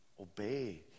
obey